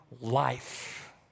life